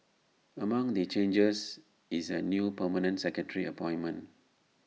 among the changes is A new permanent secretary appointment